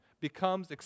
becomes